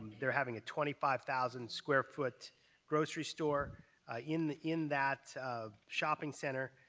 they're having a twenty five thousand square foot grocery store in in that shopping center.